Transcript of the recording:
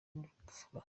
n’ubupfura